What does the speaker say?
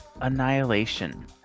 Annihilation